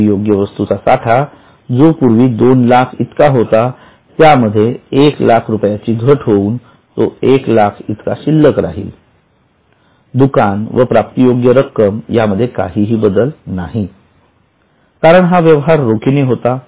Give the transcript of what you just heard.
विक्रीयोग्य वस्तूचा साठा जो पूर्वी २००००० इतका होता त्यामध्ये १००००० ची घट होऊन तो १००००० इतका शिल्लक राहील दुकान व प्राप्तियोग्य रक्कम यामध्ये काहीही बदल नाही कारण हा व्यवहार रोखीने होता